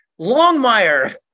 Longmire